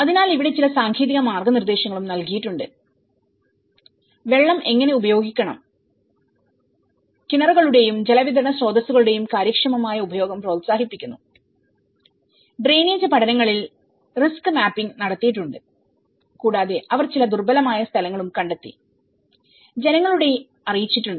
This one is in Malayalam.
അതിനാൽഇവിടെ ചില സാങ്കേതിക മാർഗ്ഗനിർദ്ദേശങ്ങളും നൽകിയിട്ടുണ്ട് വെള്ളം എങ്ങനെ ഉപയോഗിക്കണം കിണറുകളുടെയും ജലവിതരണ സ്രോതസ്സുകളുടെയും കാര്യക്ഷമമായ ഉപയോഗം പ്രോത്സാഹിപ്പിക്കുന്നു ഡ്രെയിനേജ് പഠനങ്ങളിൽ റിസ്ക് മാപ്പിംഗ്നടത്തിയിട്ടുണ്ട് കൂടാതെ അവർ ചില ദുർബലമായ സ്ഥലങ്ങളും കണ്ടെത്തി ജനങ്ങളെയും അറിയിച്ചിട്ടുണ്ട്